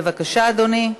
בבקשה, אדוני.